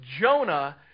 Jonah